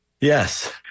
Yes